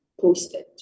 posted